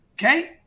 Okay